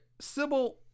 Sybil